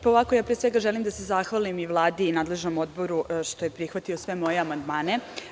Pre svega želim da se zahvalim i Vladi i nadležnom odboru što su prihvatili sve moje amandmane.